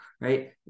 right